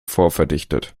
vorverdichtet